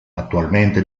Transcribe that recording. attualmente